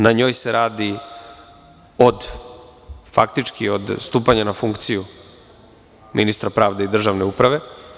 Na njoj se radi od stupanja na funkciju ministra pravde i državne uprave.